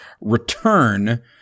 return